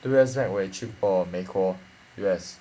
two years back 我也去过美国 U_S